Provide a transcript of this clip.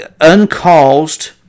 uncaused